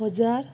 ହଜାର